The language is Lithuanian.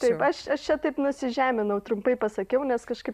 taip aš aš čia taip nusižeminau trumpai pasakiau nes kažkaip